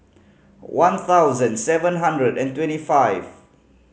one thousand seven hundred and twenty five